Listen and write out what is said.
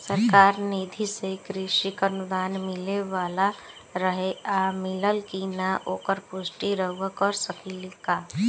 सरकार निधि से कृषक अनुदान मिले वाला रहे और मिलल कि ना ओकर पुष्टि रउवा कर सकी ला का?